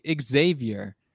xavier